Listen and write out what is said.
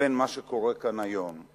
לבין מה שקורה כאן היום.